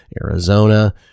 Arizona